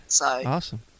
Awesome